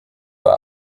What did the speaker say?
war